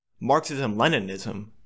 Marxism-Leninism